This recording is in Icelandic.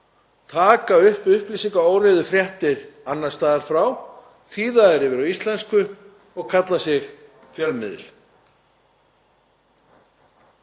taka upp upplýsingaóreiðufréttir annars staðar frá, þýða þær yfir á íslensku og kalla sig fjölmiðil.